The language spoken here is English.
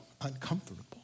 uncomfortable